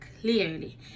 clearly